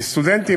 כי סטודנטים,